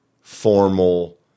formal